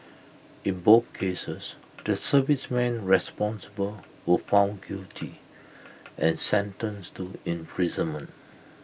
in both cases the servicemen responsible were found guilty and sentenced to imprisonment